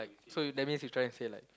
so that means you trying say like